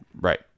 Right